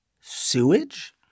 Sewage